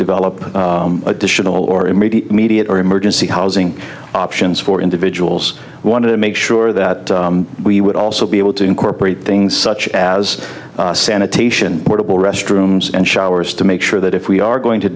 develop additional or immediate immediate or emergency housing options for individuals wanted to make sure that we would also be able to incorporate things such as sanitation portable restrooms and showers to make sure that if we are going to